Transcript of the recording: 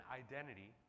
identity